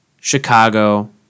Chicago